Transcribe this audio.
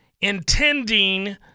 intending